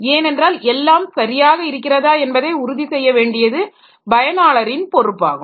ஏனென்றால் எல்லாம் சரியாக இருக்கிறதா என்பதை உறுதி செய்யவேண்டியது பயனாளரின் பொறுப்பாகும்